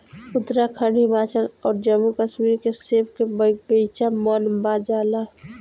उत्तराखंड, हिमाचल अउर जम्मू कश्मीर के सेब के बगाइचा मन भा जाला